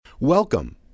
Welcome